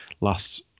last